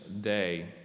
day